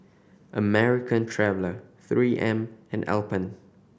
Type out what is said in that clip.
American Traveller Three M and Alpen